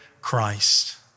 Christ